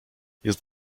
jest